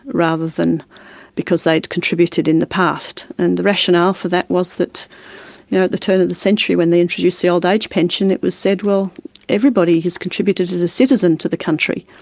rather than because they'd contributed in the past. and the rationale for that was that you know at the turn of the century when they introduced the old age pension, it was said well everybody has contributed as a citizen to the country,